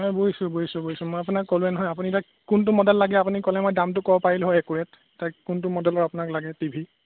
নাই বুজিছোঁ বুজিছোঁ বুজিছোঁ মই আপোনাক ক'লোৱে নহয় আপুনি এতিয়া কোনটো মডেল লাগে আপুনি ক'লে মই দামটো ক'ব পাৰিলোঁ হয় একুৰেট এতিয়া কোনটো মডেলৰ আপোনাক লাগে টিভি